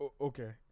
Okay